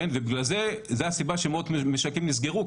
ובגלל זה מאות משקים נסגרו,